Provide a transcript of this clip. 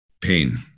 Pain